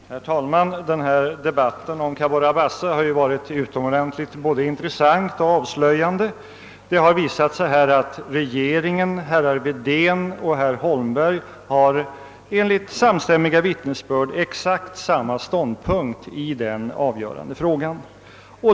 Herr talman! Debatten om Cabora Bassa har varit utomordentligt intressant och avslöjande. Det har visat sig att regeringen, herr Wedén och herr Holmberg enligt samstämmiga vittnesbörd har exakt samma uppfattning i den avgörande frågan.